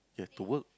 you have to work